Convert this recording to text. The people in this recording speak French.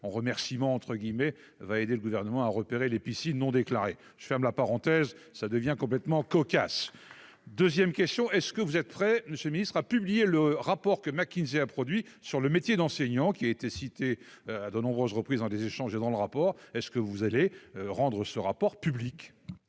en remerciement, entre guillemets, va aider le gouvernement à repérer les piscines non déclarés, je ferme la parenthèse, ça devient complètement cocasse 2ème question est-ce que vous êtes prêt, Monsieur le ministre a publié le rapport que McKinsey a produit sur le métier d'enseignant qui a été cité à de nombreuses reprises dans des échanges dans le rapport est-ce que vous allez rendre ce rapport public.